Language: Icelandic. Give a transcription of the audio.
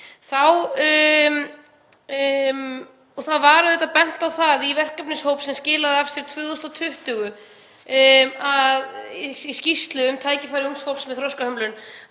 Það var auðvitað bent á það af verkefnahópi sem skilaði af sér 2020, í skýrslu um tækifæri ungs fólks með þroskahömlun,